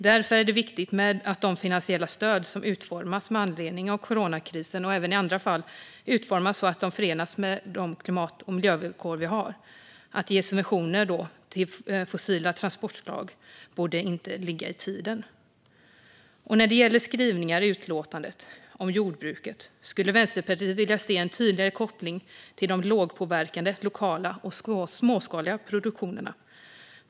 Därför är det viktigt att de finansiella stöd som ges med anledning av coronakrisen, och även i andra fall, utformas så att de är förenliga med de klimat och miljövillkor som finns. Att ge subventioner till fossila transportslag borde inte ligga i tiden. När det gäller skrivningarna i utlåtandet om jordbruket skulle Vänsterpartiet vilja se en tydligare koppling till den lågpåverkande, lokala och småskaliga produktionen.